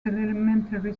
elementary